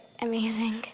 amazing